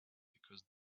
because